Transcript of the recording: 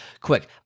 quick